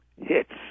hits